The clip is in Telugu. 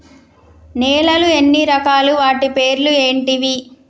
నేలలు ఎన్ని రకాలు? వాటి పేర్లు ఏంటివి?